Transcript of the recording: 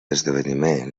esdeveniment